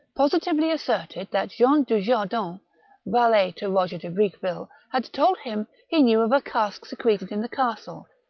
positively asserted that jean dnjardin, valet to eoger de briqueville had told him he knew of a cask secreted in the castle,